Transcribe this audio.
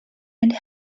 and